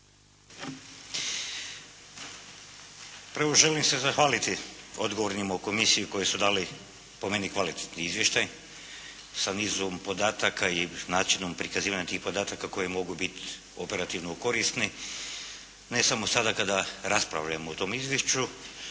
Prvo, želim se zahvaliti odgovornima u komisiji koji su dali po meni kvalitetni izvještaj sa nizom podataka i načinom prikazivanja tih podataka koji mogu biti operativno korisni ne samo sada kada raspravljamo o tom izvješću,